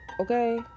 Okay